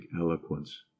eloquence